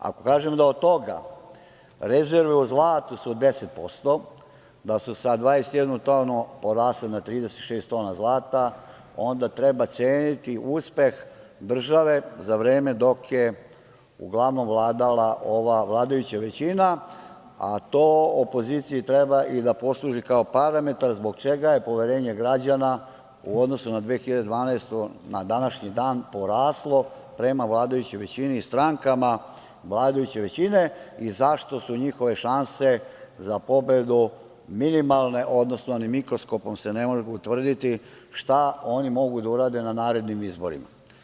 Ako kažem da od toga rezerve u zlatu su 10%, da su sa 21 tonu porasle na 36 tona zlata, onda treba ceniti uspeh države za vreme dok je uglavnom vladala ova vladajuća većina, a to opoziciji treba i da posluži kao parametar zbog čega je poverenje građana u odnosu na 2012. godinu na današnji dan poraslo prema vladajućoj većini i strankama vladajuće većine i zašto su njihove šanse za pobedu minimalne, odnosno ni mikroskopom se ne mogu utvrditi šta oni mogu da urade na narednim izborima.